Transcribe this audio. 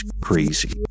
crazy